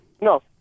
No